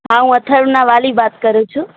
હા હું અથર્વના વાલી વાત કરું છું